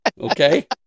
Okay